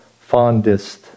fondest